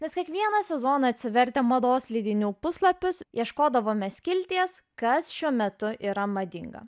nes kiekvieną sezoną atsivertę mados leidinių puslapius ieškodavome skilties kas šiuo metu yra madinga